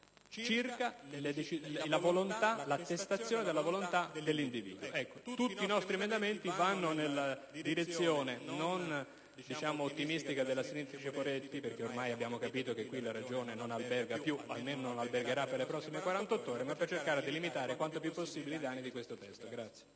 circa l'attestazione della volontà dell'individuo. Tutti i nostri emendamenti vanno non nella direzione ottimistica della senatrice Poretti, perché abbiamo capito ormai che la ragione non alberga più qui, almeno per le prossime 48 ore, ma per cercare di limitare quanto più possibile i danni di questo testo di